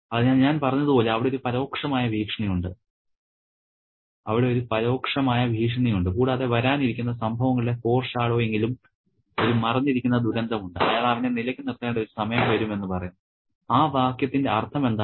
അതിനാൽ ഞാൻ പറഞ്ഞതുപോലെ അവിടെ ഒരു പരോക്ഷമായ ഭീഷണിയുണ്ട് കൂടാതെ വരാനിരിക്കുന്ന സംഭവങ്ങളുടെ ഫോർഷാഡോയിങ്ങിലും ഒരു മറഞ്ഞിരിക്കുന്ന ദുരന്തമുണ്ട് അയാൾ അവനെ നിലക്ക് നിർത്തേണ്ട ഒരു സമയം വരും എന്ന് പറയുന്നു ആ വാക്യത്തിന്റെ അർത്ഥമെന്താണ്